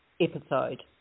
episode